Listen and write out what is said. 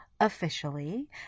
officially